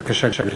בבקשה, גברתי.